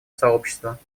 сообщества